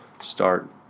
start